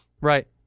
Right